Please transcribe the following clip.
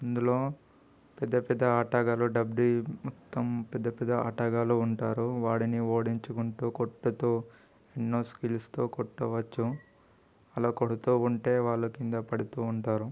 ఇందులో పెద్ద పెద్ద ఆటగాళ్ళు డబులు మొత్తం పెద్దపెద్ద ఆటగాళ్ళు ఉంటారు వాడిని ఓడించుకుంటూ కొట్టతో ఎన్నో స్కిల్స్తో కొట్టవచ్చు అలా కొడుతూ ఉంటే వాళ్ళ కింద పడుతూ ఉంటారు